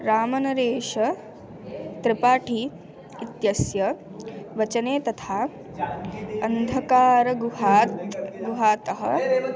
रामनरेशत्रिपाठी इत्यस्य वचने तथा अन्धकार गुहात् गुहातः